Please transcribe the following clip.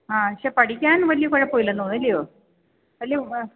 ആ പക്ഷേ പഠിക്കാന് വലിയ കുഴപ്പമില്ലെന്ന് തോന്നുന്നു അല്ലെ